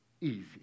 easy